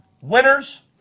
winners